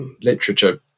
literature